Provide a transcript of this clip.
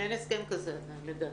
אבל אין הסכם כזה, לדעתי.